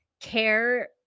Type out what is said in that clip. care